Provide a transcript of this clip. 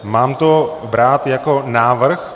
Mám to brát jako návrh?